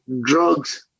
drugs